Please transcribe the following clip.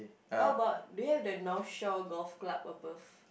how about do you have the North Shore Golf Club above